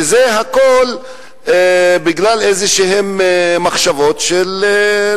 זה הכול בגלל איזה מחשבות של,